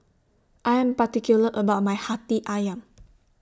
I Am particular about My Hati Ayam